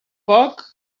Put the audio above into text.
poc